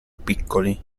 piccoli